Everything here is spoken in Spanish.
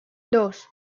dos